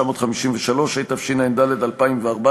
התשע"ד 2014,